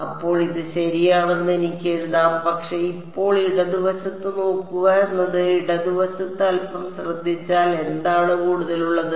അപ്പോൾ ഇത് ശരിയാണെന്ന് എനിക്ക് എഴുതാം പക്ഷേ ഇപ്പോൾ ഇടതുവശത്ത് നോക്കുക എന്നത് ഇടതുവശത്ത് അൽപ്പം ശ്രദ്ധിച്ചാൽ എന്താണ് കൂടുതലുള്ളത്